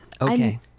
okay